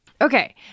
Okay